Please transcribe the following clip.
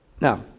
Now